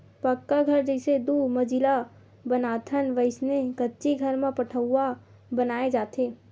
पक्का घर जइसे दू मजिला बनाथन वइसने कच्ची घर म पठउहाँ बनाय जाथे